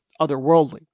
otherworldly